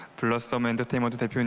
blossom entertainment's general